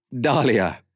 Dahlia